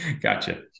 Gotcha